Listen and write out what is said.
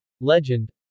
Legend